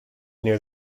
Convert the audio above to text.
near